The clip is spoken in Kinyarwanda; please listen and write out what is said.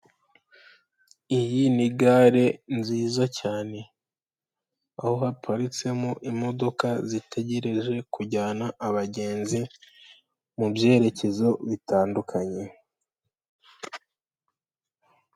Iyi ni gare nziza cyane aho haparitsemo imodoka zitegereje kujyana abagenzi mu byerekezo bitandukanye.